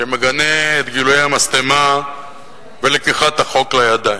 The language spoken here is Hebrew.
שמגנה את גילויי המשטמה ולקיחת החוק לידיים.